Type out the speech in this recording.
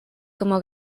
como